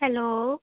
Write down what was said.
hello